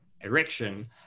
erection